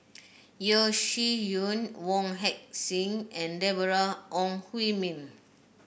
Yeo Shih Yun Wong Heck Sing and Deborah Ong Hui Min